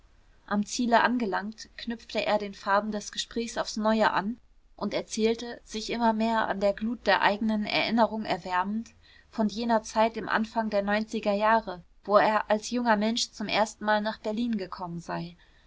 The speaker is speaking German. am ziele angelangt knüpfte er den faden des gesprächs aufs neue an und erzählte sich immer mehr an der glut der eigenen erinnerung erwärmend von jener zeit im anfang der neunziger jahre wo er als junger mensch zum erstenmal nach berlin gekommen sei